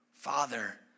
Father